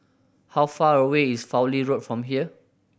how far away is Fowlie Road from here